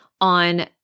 on